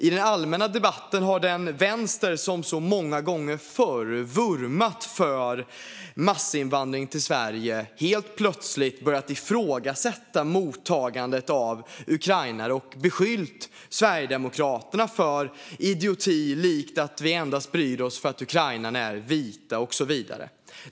I den allmänna debatten har den vänster som så många gånger förr vurmat för massinvandring till Sverige helt plötsligt börjat ifrågasätta mottagandet av ukrainare och beskyllt SD för idiotier som att vi endast bryr oss för att ukrainarna är vita och så vidare.